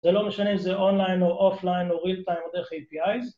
זה לא משנה אם זה אונליין או אופליין או רילטיים או דרך APIs